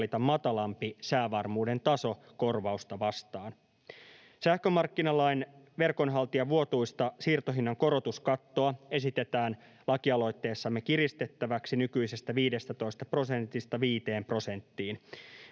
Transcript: matalampi säävarmuuden taso korvausta vastaan. Sähkömarkkinalain verkonhaltijan vuotuista siirtohinnan korotuskattoa esitetään laki-aloitteessamme kiristettäväksi nykyisestä 15 prosentista 5 prosenttiin.